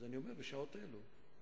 אני אומר, בשעות אלה.